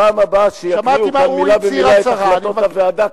בפעם הבאה שיקריאו מלה במלה את החלטות הוועדה,